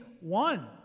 one